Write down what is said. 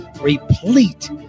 replete